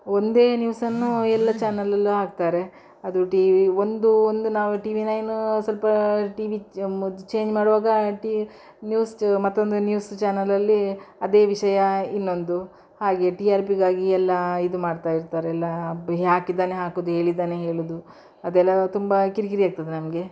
ಒಂದೇ ನ್ಯೂಸನ್ನು ಎಲ್ಲ ಚಾನಲಲ್ಲೂ ಹಾಕ್ತಾರೆ ಅದು ಟಿವಿ ಒಂದು ಒಂದು ನಾವು ಟಿವಿ ನೈನೂ ಸ್ವಲ್ಪ ಟಿವಿ ಚ ಮೊದಲು ಚೇಂಜ್ ಮಾಡುವಾಗ ಟಿ ನ್ಯೂಸ್ದು ಮತ್ತೊಂದು ನ್ಯೂಸ್ ಚಾನಲಲ್ಲಿ ಅದೇ ವಿಷಯ ಇನ್ನೊಂದು ಹಾಗೆ ಟಿ ಆರ್ ಪಿಗಾಗಿ ಎಲ್ಲ ಇದು ಮಾಡ್ತಾ ಇರ್ತಾರೆ ಎಲ್ಲ ಹಾಕಿದನ್ನೇ ಹಾಕುವುದು ಹೇಳಿದ್ದನ್ನೇ ಹೇಳುದು ಅದೆಲ್ಲ ತುಂಬ ಕಿರಿಕಿರಿ ಆಗ್ತದೆ ನಮಗೆ